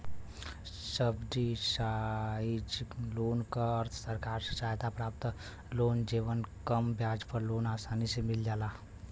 subsidised loan क अर्थ सरकार से सहायता प्राप्त लोन जेमन कम ब्याज पर लोन आसानी से मिल जाला